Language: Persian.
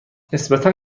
نسبتا